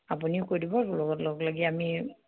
আপুনিও কৈ দিব লগত লগে লাগি আমি